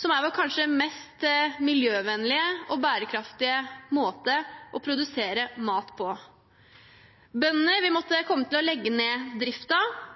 som kanskje er vår mest miljøvennlige og bærekraftige måte å produsere mat på. Bøndene vil måtte komme til å legge ned